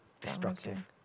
destructive